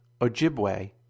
Ojibwe